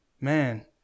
Man